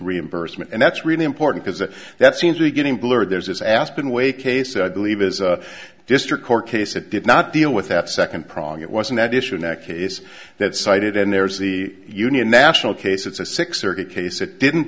reimbursement and that's really important because that seems to be getting blurred there's this aspen way case i believe is a district court case it did not deal with that second prong it wasn't that issue next case that cited and there's the union national case it's a six circuit case it didn't